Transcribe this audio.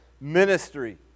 ministry